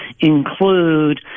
include